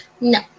no